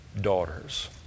daughters